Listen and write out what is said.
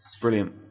brilliant